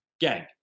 gang